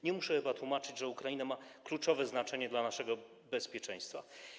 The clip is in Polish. Nie muszę chyba tłumaczyć, że Ukraina ma kluczowe znaczenie dla naszego bezpieczeństwa.